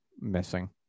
missing